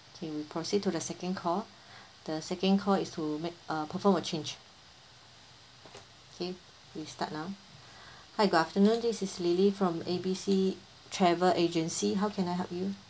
okay we proceed to the second call the second call is to make a perform a change okay we start now hi good afternoon this is lily from A B C travel agency how can I help you